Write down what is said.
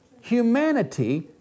humanity